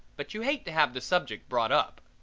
but you hate to have the subject brought up.